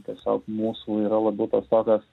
tiesiog mūsų yra labiau tos tokios